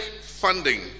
funding